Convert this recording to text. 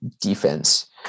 defense